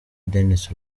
denis